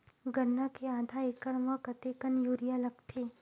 गन्ना के आधा एकड़ म कतेकन यूरिया लगथे?